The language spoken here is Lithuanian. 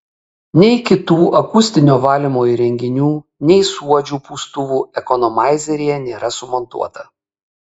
nei kitų akustinio valymo įrenginių nei suodžių pūstuvų ekonomaizeryje nėra sumontuota